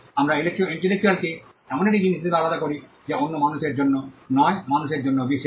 আমরা ইন্টেলেকচুয়ালকে এমন একটি জিনিস হিসাবে আলাদা করি যা অন্য মানুষের জন্য নয় মানুষের জন্য বিশেষ